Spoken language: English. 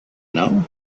know